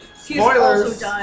Spoilers